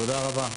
תודה רבה.